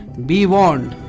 be warned.